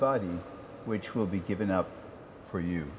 body which will be given out for you